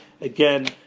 again